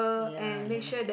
yeah yeah